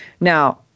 now